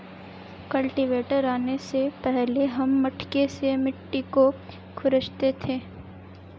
cultivator आने से पहले हम मटके से मिट्टी को खुरंचते थे